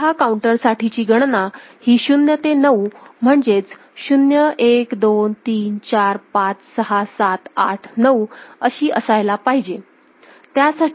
mod 10 counter साठी ची गणना ही 0 ते 9 म्हणजेच 0 1 2 3 4 5 6 7 8 9 अशी असायला पाहिजे